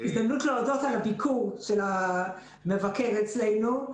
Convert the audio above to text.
הזדמנות להודות על הביקור של המבקר אצלנו,